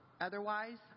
Otherwise